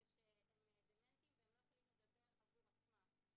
אנחנו מצמצמים את היכולת לצלם ולכן גם מאפשרים ליותר גורמים לצפות.